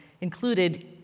included